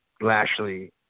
Lashley